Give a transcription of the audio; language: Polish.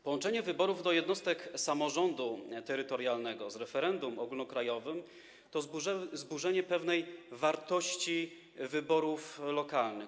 Połączenie wyborów do jednostek samorządu terytorialnego z referendum ogólnokrajowym to zburzenie pewnej wartości wyborów lokalnych.